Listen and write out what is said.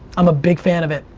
i'm a big fan of it.